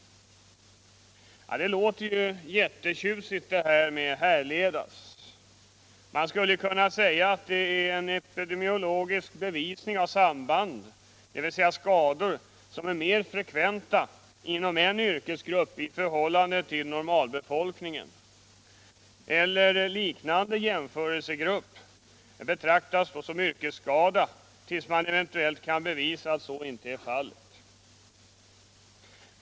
Det låter ju jättetjusigt med ”härledas”. Det skulle kunna vara en epidemiologisk bevisning av samband, dvs. att skador som är mer frekventa inom en yrkesgrupp i förhållande till normalbefolkningen eller liknande jämförelsegrupp betraktas såsom yrkesskador tills man eventuellt kan bevisa att så inte är fallet.